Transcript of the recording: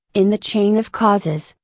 in the chain of causes,